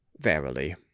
verily